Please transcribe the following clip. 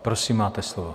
Prosím, máte slovo.